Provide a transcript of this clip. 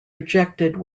rejected